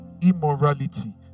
immorality